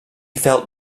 felt